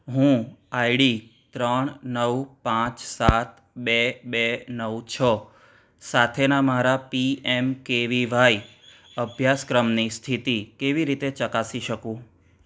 હું આઈડી ત્રણ નવ પાંચ સાત બે બે નવ છ સાથેના મારા P M K V Y અભ્યાસક્રમની સ્થિતિ કેવી રીતે ચકાસી શકું